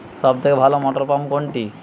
সবথেকে ভালো মটরপাম্প কোনটি?